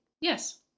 Yes